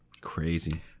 Crazy